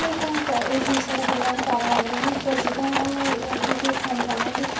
କି କାହିଁକି ଏଇ ଜିନିଷଟା ହେଲାନି କାରବାର ହେଲାନି କି ଆଜି କାହିଁ ଆମେ ୟା କତିକି ଟିକେ ଫୋନ କରିନାହାଁନ୍ତି